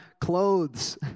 clothes